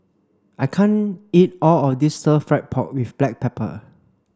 I can't eat all of this stir fried pork with black pepper